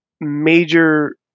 major